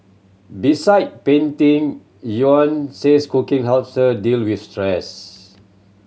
beside painting Yvonne says cooking helps her deal with stress